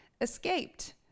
escaped